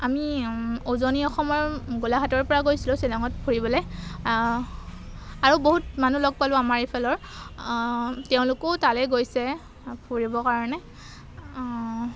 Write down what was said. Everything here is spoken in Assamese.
আমি উজনি অসমৰ গোলাঘাটৰপৰা গৈছিলোঁ শ্বিলঙত ফুৰিবলৈ আৰু বহুত মানুহ লগ পালোঁ আমাৰ এইফালৰ তেওঁলোকো তালৈ গৈছে ফুৰিবৰ কাৰণে